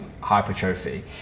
hypertrophy